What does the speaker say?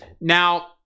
Now